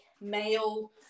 male